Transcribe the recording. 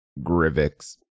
Grivix